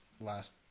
last